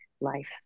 life